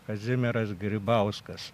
kazimieras grybauskas